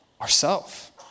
Ourself